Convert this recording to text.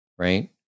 Right